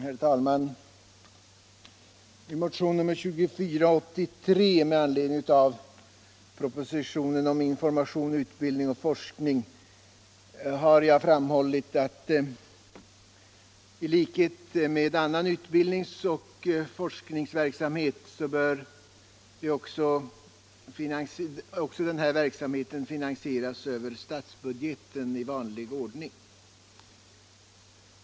Herr talman! I motionen 2483 med anledning av propositionen om information och utbildning rörande medbestämmande i arbetslivet har jag framhållit att i likhet med annan utbildningsoch forskningsverksamhet också denna verksamhet bör finansieras över statsbudgeten i vanlig ordning.